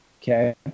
okay